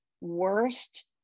worst